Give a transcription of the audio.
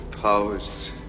powers